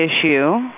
issue